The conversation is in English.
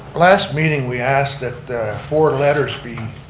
last meeting we asked that four letters be